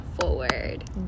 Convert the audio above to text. forward